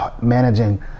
managing